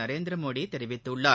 நரேந்திரமோடிதெரிவித் துள்ளார்